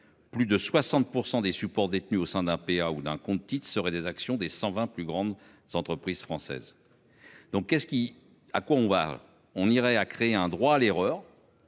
Plus de 60% des supports détenues au sein d'un PA ou d'un compte titres seraient des actions des 120 plus grandes s'entreprise française. Donc qu'est-ce qu'qui a quoi on parle on irait à créer un droit à l'erreur.